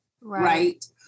right